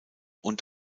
und